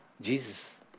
Jesus